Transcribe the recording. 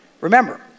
remember